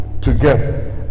together